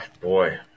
Boy